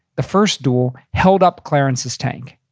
the first duel, held up clarence's tank.